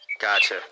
Gotcha